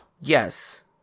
yes